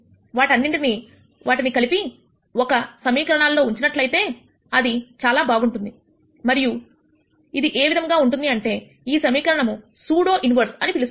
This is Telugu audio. వాటన్నింటిని వాటిని కలిపి ఒక సమీకరణల్లో ఉంచినట్లయితే అది చాలా బాగుంటుంది మరియు ఇది ఏ విధంగా ఉంటుంది అంటే ఈ సమీకరణమును సూడో ఇన్వెర్స్ అని పిలుస్తారు